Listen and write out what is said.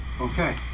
Okay